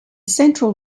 central